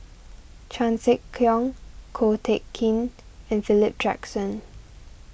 Chan Sek Keong Ko Teck Kin and Philip Jackson